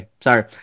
sorry